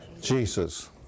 Jesus